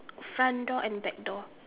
front door and back door